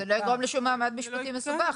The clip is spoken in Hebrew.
זה לא יגרום לשום מעמד משפטי מסובך,